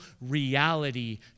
reality